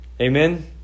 Amen